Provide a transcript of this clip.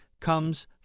comes